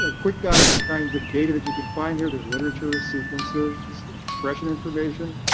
ah quick guide to the kinds of data that you can find here, there's literature ah sequences, expression information,